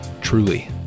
truly